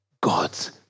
God's